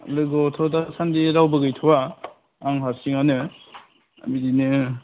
लोगोआवथ' दासान्दि रावबो गैथ'वा आं हारसिङानो बिदिनो